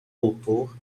ator